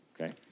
okay